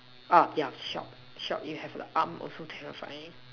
ah yeah short short you have a arm also terrifying